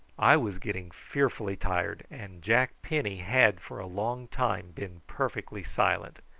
i was getting fearfully tired and jack penny had for a long time been perfectly silent,